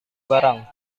barang